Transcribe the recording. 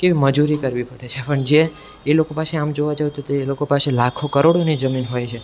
કે મજૂરી કરવી પડે છે પણ જે લોકો પાસે આમ જોવા જાઓ તો તે એ લોકો પાસે લાખો કરોડોની જમીન હોય છે